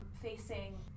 facing